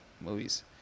movies